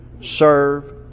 serve